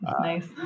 nice